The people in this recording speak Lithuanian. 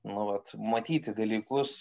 nu vat matyti dalykus